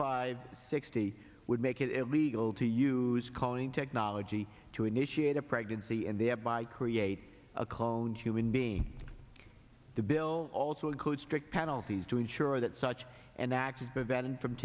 five sixty would make it illegal to use calling technology to initiate a pregnancy and thereby create a cloned human being the bill also includes strict penalties to ensure that such an act is the vet and from